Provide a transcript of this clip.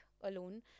alone